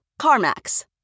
CarMax